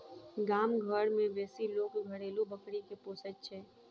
गाम घर मे बेसी लोक घरेलू बकरी के पोसैत छै